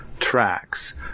tracks